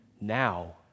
Now